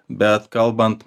bet kalbant